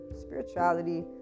spirituality